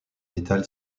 metal